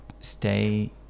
stay